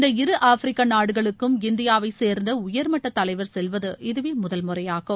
இந்த இரு ஆப்பிரிக்க நாடுகளுக்கும் இந்தியாவைச் சேர்ந்த உயர் மட்ட தலைவர் செல்வது இதுவே முதல் முறையாகும்